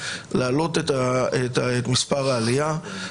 להעלות את מספר העולים.